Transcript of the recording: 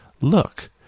Look